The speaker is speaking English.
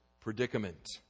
predicament